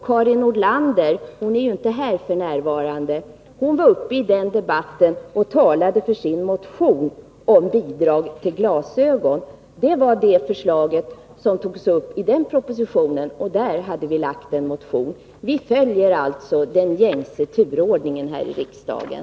Karin Nordlander, som ju inte är närvarande häri kammaren, var uppe i den debatten och talade för sitt förslag om bidrag till glasögon. Propositionen handlade bl.a. om det, och där hade vi väckt en motion. Vi följer alltså den gängse turordningen här i riksdagen.